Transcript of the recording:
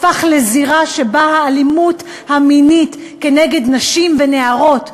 הפך לזירה שבה האלימות המינית נגד נשים ונערות,